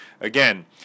Again